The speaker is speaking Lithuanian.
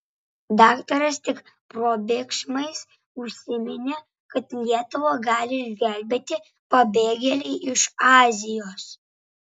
daktaras tik probėgšmais užsiminė kad lietuvą gali išgelbėti pabėgėliai iš azijos